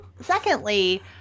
secondly